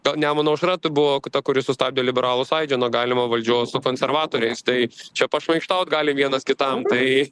ta nemuno aušra tai buvo ta kuri sustabdė liberalų sąjūdį nuo galimo valdžios su konservatoriais tai čia pašmaikštaut gali vienas kitam tai